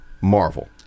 Marvel